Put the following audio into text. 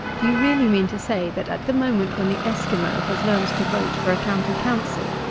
do you really mean to say that at the moment when the esquimaux has learnt to vote for a county council,